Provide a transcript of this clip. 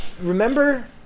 remember